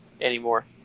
Anymore